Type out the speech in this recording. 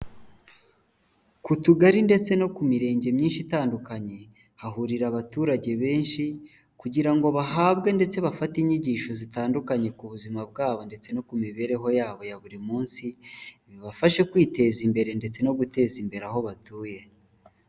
Ku tugari ndetse no ku mirenge myinshi itandukanye hahurira abaturage benshi kugira ngo bahabwe ndetse bafate inyigisho zitandukanye ku buzima bwabo ndetse no ku mibereho yabo ya buri munsi, bibafashe kwiteza imbere ndetse no guteza imbere aho batuye.